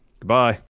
Goodbye